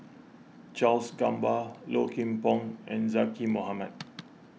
Charles Gamba Low Kim Pong and Zaqy Mohamad